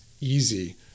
easy